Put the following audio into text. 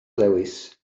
lewis